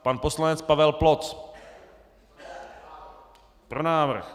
Pan poslanec Pavel Ploc: Pro návrh.